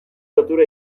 lotura